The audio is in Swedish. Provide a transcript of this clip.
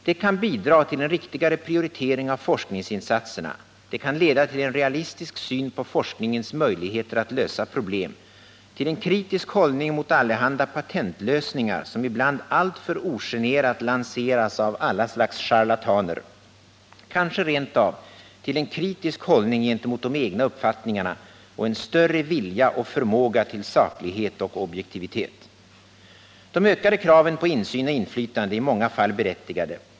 Det kan bidra till en riktigare prioritering av forskningsinsatserna, det kan leda till en realistisk syn på forskningens möjligheter att lösa problem, till en kritisk hållning gentemot allehanda patentlösningar som ibland alltför ogenerat lanseras av alla slags charlataner, kanske rent av till en kritisk hållning gentemot de egna uppfattningarna och större vilja och förmåga till saklighet och objektivitet. De ökade kraven på insyn och inflytande är i många fall berättigade.